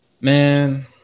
Man